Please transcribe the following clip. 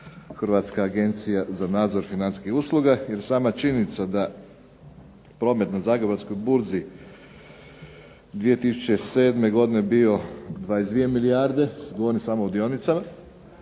Hrvatska agencija za nadzor financijskih usluga. Jer sama činjenica da promet na Zagrebačkog burzi 2007. bio 22 milijarde govorim samo o dionicama,